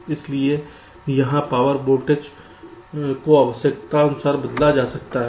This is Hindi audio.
इसलिए यहां पावर वोल्टेज को आवश्यकतानुसार बदला जा सकता है